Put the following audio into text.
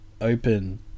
open